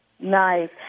Nice